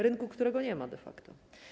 Rynku, którego nie ma, de facto.